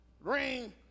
Ring